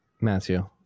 Matthew